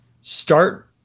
start